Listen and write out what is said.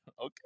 Okay